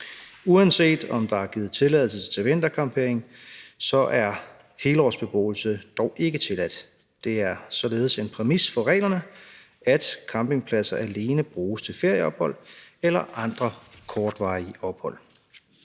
Uanset om der er givet tilladelse til vintercampering, er helårsbeboelse dog ikke tilladt. Det er således en præmis for reglerne, at campingpladser alene bruges til ferieophold eller andre kortvarige ophold.